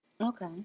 Okay